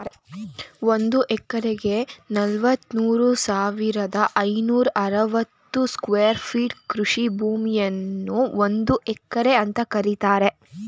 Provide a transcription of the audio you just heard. ಒಂದ್ ಎಕರೆಗೆ ನಲವತ್ಮೂರು ಸಾವಿರದ ಐನೂರ ಅರವತ್ತು ಸ್ಕ್ವೇರ್ ಫೀಟ್ ಕೃಷಿ ಭೂಮಿಯನ್ನು ಒಂದು ಎಕರೆ ಅಂತ ಕರೀತಾರೆ